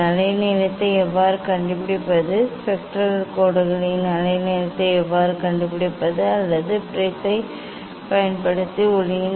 அலைநீளத்தை எவ்வாறு கண்டுபிடிப்பது ஸ்பெக்ட்ரல் கோடுகளின் அலைநீளத்தை எவ்வாறு கண்டுபிடிப்பது அல்லது ப்ரிஸைப் பயன்படுத்தி ஒளியின்